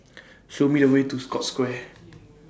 Show Me The Way to Scotts Square